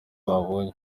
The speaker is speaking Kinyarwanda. babonye